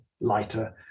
lighter